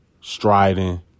striding